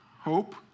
Hope